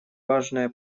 важные